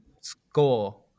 score –